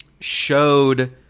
showed